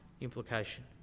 implication